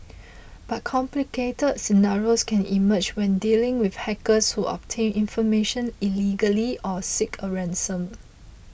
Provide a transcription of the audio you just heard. but complicated scenarios can emerge when dealing with hackers who obtain information illegally or seek a ransom